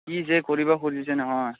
কি যে কৰিব খুজিছে নহয়